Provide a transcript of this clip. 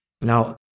Now